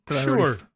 Sure